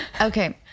Okay